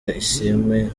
asiimwe